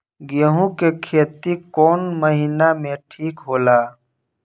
गेहूं के खेती कौन महीना में ठीक होला?